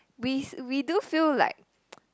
we we do feel like